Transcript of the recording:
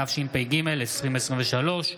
התשפ"ג 2023,